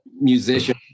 musician